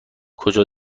کجا